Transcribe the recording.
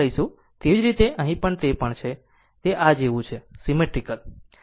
તેવી જ રીતે અહીં તે અહીં પણ છે તે આ જેવું છે સીમેટ્રીકલ